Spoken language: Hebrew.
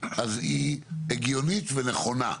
אז היא הגיונית ונכונה,